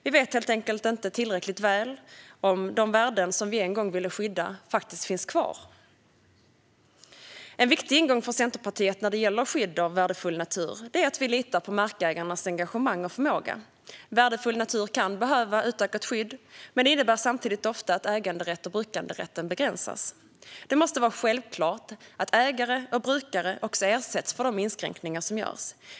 Vi vet helt enkelt inte tillräckligt väl om de värden som vi en gång ville skydda finns kvar. En viktig ingång för Centerpartiet när det gäller skydd av värdefull natur är att vi litar på markägarnas engagemang och förmåga. Värdefull natur kan behöva utökat skydd, men det innebär samtidigt ofta att ägande och brukanderätten begränsas. Det måste vara självklart att ägare och brukare ersätts för de inskränkningar som görs.